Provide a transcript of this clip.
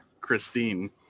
Christine